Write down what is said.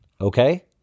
Okay